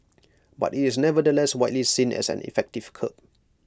but IT is nevertheless widely seen as an effective curb